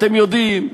אתם יודעים,